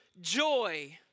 joy